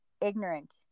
ignorant